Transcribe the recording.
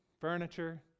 furniture